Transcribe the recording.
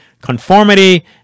conformity